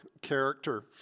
character